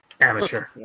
amateur